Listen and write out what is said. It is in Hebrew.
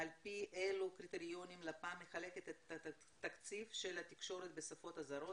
על פי אלו קריטריונים לפ"מ מחלקת את התקציב של התקשורת בשפות הזרות,